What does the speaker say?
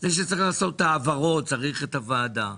לפני שצריך לעשות העברות צריך את הוועדה,